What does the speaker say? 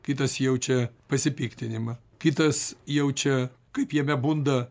kitas jaučia pasipiktinimą kitas jaučia kaip jame bunda